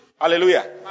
Hallelujah